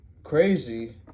Crazy